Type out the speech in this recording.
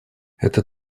это